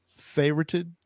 favorited